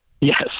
Yes